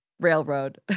Railroad